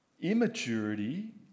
Immaturity